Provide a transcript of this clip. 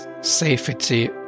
safety